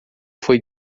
foi